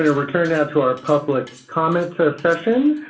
to return now to our public comments ah session.